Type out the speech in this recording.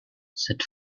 said